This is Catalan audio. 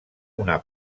una